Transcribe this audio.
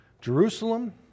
jerusalem